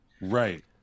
right